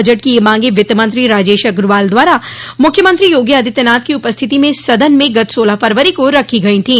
budget की यह मांगे वित्त मंत्री राजेश अग्रवाल द्वारा मुख्यमंत्री योगी आदित्यनाथ की उपस्थिति में सदन में गत सोलह फरवरी को रखी गई थी